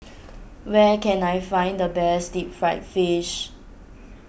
where can I find the best Deep Fried Fish